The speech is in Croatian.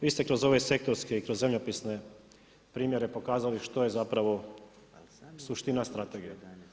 Vi ste kroz ove sektorske i kroz zemljopisne primjere pokazali što je zapravo suština strategije.